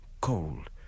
cold